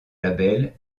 label